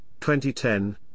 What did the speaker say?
2010